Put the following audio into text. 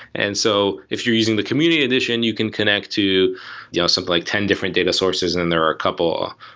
and so if you're using the community edition, you can connect to something yeah so like ten different data sources and there are a couple,